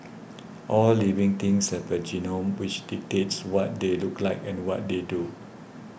all living things have a genome which dictates what they look like and what they do